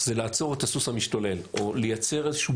זה לעצור את הסוס המשתולל או לייצר איזושהי